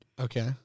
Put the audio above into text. Okay